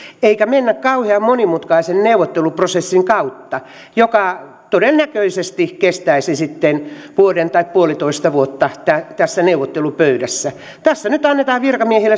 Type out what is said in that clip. eikä mennä kauhean monimutkaisen neuvotteluprosessin kautta joka todennäköisesti kestäisi sitten vuoden tai puolitoista vuotta tässä neuvottelupöydässä tässä nyt annetaan virkamiehille